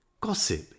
gossip